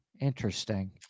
Interesting